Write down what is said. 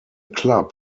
club